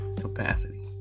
capacity